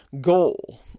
goal